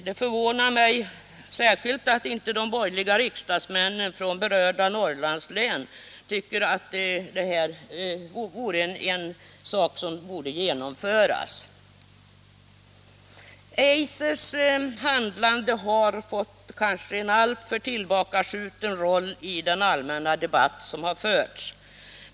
Det förvånar mig särskilt att inte de borgerliga riksdagsmännen från berörda Norrlandslän tycker att utredningen borde genomföras. Eisers handlande har fått en alltför tillbakaskjuten roll i den allmänna debatt som förts.